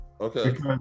okay